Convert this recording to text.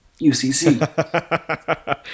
UCC